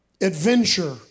adventure